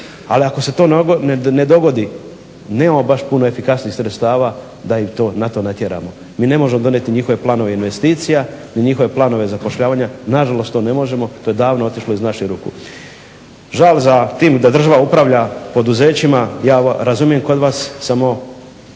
ali ako se to ne dogodi nemamo baš puno efikasnih sredstava da ih na to natjeramo. Mi ne možemo donijeti njihove planove investicija, ni njihove planove zapošljavanja. Nažalost to ne možemo to je davno otišlo iz naših ruku. Žal za tim da država upravlja poduzećima ja razumijem kod vas, samo